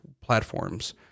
platforms